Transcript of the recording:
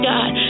God